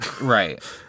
Right